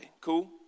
Cool